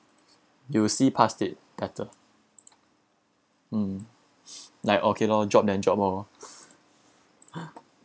you'll see past it better mm like okay lor drop then drop lor